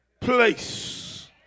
place